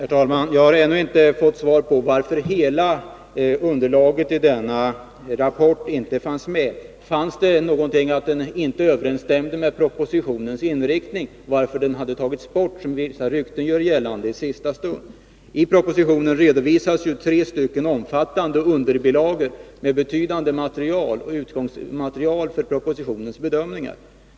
Herr talman! Jag har ännu inte fått besked om varför hela underlaget till varvspropositionen inte fanns med. Överensstämde det inte med propositionens inriktning och hade det därför i sista stund tagits bort, vilket vissa rykten gör gällande? I propositionen redovisas ju tre omfattande underbilagor med betydande utgångsmaterial för propositionens bedömningar.